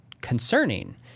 concerning